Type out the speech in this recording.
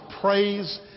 praise